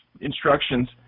instructions